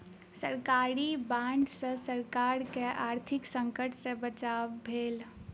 सरकारी बांड सॅ सरकार के आर्थिक संकट सॅ बचाव भेल